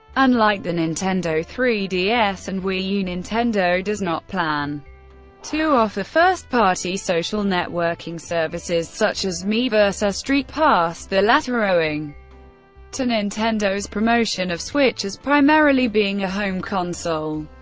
unlike the nintendo three ds and wii u, nintendo does not plan to offer first-party social networking services, such as miiverse or streetpass, the latter owing to nintendo's promotion of switch as primarily being a home console.